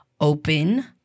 open